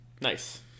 Nice